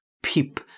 peep